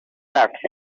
back